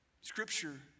scripture